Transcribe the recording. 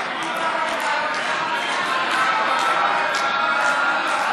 חברי הכנסת, נא לשמור על שקט.